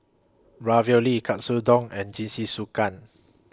Ravioli Katsudon and Jingisukan